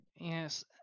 Yes